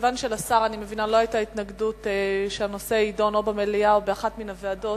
מכיוון שלשר לא היתה התנגדות שהנושא יידון במליאה או באחת מהוועדות,